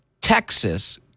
Texas